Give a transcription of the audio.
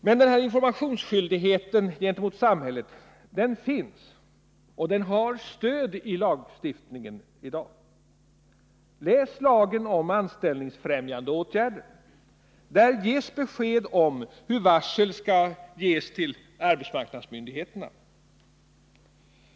Men den här informationsskyldigheten gentemot samhället finns, och den har stöd i lagstiftningen i dag. Läs lagen om anställningsfrämjande åtgärder! Där lämnas besked om hur varsel skall ges till arbetsmarknadsmyndigheterna.